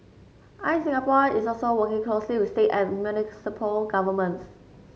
I E Singapore is also working closely with state and municipal governments